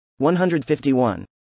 151